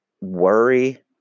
worry